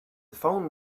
phone